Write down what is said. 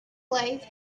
life